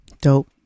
dope